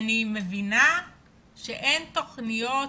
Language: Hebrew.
אני מבינה שאין תכניות